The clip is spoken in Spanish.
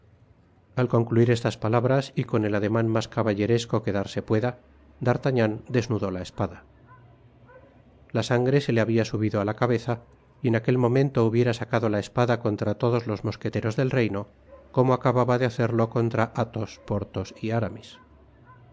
al concluir estas palabras y con el ademan mas caballeresco que darse pueda d'artagnan desnudó la espada la sangre se le habia subido á la cabeza y en aquel momento hubiera sacado la espada contra todos los mosqueteros del reino como acababa dé hacerlo contra athos porthos y aramis